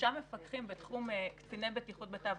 שלושה מפקחים בתחום קציני בטיחות בתעבורה,